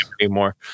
anymore